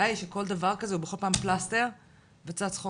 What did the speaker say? הבעיה היא שבכל דבר כזה הוא בכל פעם פלסטר וצץ חור